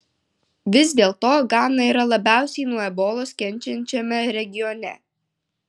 vis dėlto gana yra labiausiai nuo ebolos kenčiančiame regione